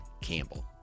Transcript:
Campbell